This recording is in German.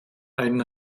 ein